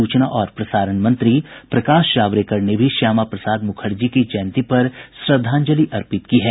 सूचना और प्रसारण मंत्री प्रकाश जावडेकर ने भी श्यामा प्रसाद मुखर्जी की जयंती पर श्रद्धांजलि अर्पित की है